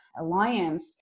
alliance